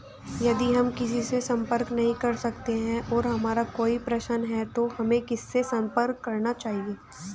यदि हम किसी से संपर्क नहीं कर सकते हैं और हमारा कोई प्रश्न है तो हमें किससे संपर्क करना चाहिए?